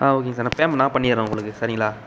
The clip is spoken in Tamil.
ஆ ஓகேங்க சார் பேமெண்ட் நான் பண்ணிவிட்றேன் உங்களுக்கு சரிங்களா